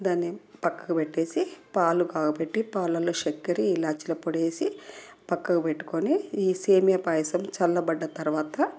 దాని పక్కకు పెట్టేసి పాలు కాబేటి పాలలో చక్కెర ఇలాచీల పొడి ఎసి పక్కకు పెట్టుకొని ఈ సేమియా పాయసం చల్లబడ్డ తర్వాత